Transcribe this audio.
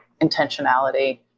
intentionality